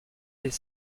des